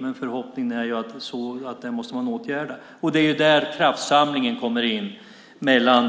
Men detta måste man åtgärda. Det är där som kraftsamlingen mellan